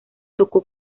tocó